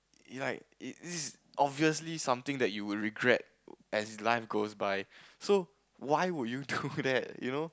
like it this is obviously something that you will regret as life goes by so why would you do that you know